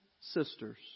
sisters